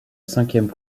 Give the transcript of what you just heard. cinquième